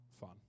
fun